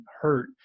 hurt